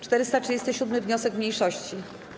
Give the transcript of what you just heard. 437. wniosek mniejszości.